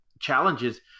challenges